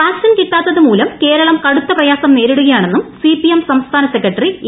vaccine കിട്ടാത്തതുമൂലം കേരളം കടുത്ത പ്രയാസം നേരിടുകയാണെന്നും സിപിഎം സംസ്ഥാന സെക്രട്ടറി എ